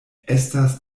estas